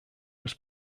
was